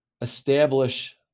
establish